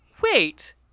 Wait